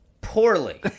Poorly